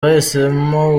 bahisemo